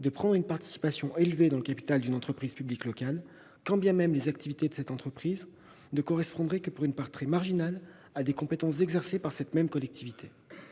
de prendre une participation élevée dans le capital d'une entreprise publique locale, quand bien même les activités de cette dernière ne correspondraient que pour une part très marginale à des compétences exercées par cette même collectivité.